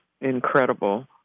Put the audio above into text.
incredible